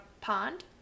pond